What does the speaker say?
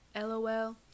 LOL